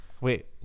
Wait